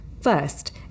First